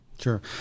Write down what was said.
Sure